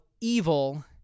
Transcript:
evil